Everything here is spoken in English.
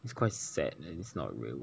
it's quite sad and it's not real